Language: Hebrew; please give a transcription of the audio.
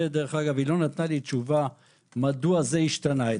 היא לא נתנה לי תשובה מדוע זה השתנה אצלה,